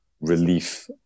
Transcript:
relief